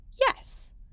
yes